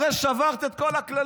הרי שברת את כל הכללים,